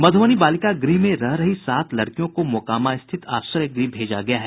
मधुबनी बालिका गृह में रह रही सात लड़कियों को मोकामा स्थित आश्रय गृह भेजा गया है